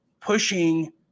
pushing